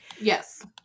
yes